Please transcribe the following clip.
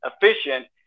efficient